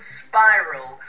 spiral